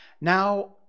Now